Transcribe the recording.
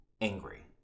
angry